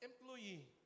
employee